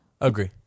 agree